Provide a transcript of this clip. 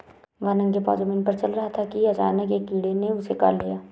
वह नंगे पांव जमीन पर चल रहा था कि अचानक एक कीड़े ने उसे काट लिया